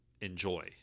enjoy